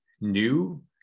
new